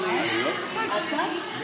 אחראי למצב של הדיור הציבורי עד היום,